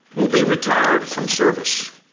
will be retired from service.